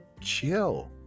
chill